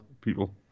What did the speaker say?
people